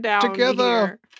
together